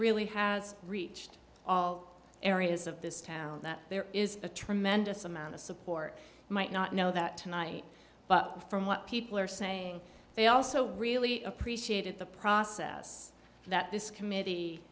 really has reached all areas of this town that there is a tremendous amount of support might not know that tonight but from what people are saying they also really appreciated the process that this committee